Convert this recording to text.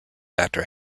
after